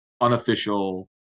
unofficial